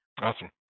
awesome